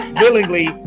willingly